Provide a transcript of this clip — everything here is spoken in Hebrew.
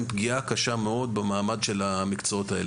פגיעה קשה מאוד במעמד של המקצועות האלה,